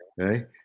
Okay